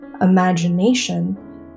imagination